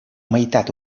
meitat